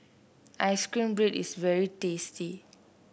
ice cream bread is very tasty